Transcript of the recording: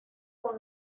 con